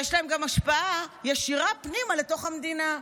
יש לה גם השפעה ישירה פנימה לתוך המדינה.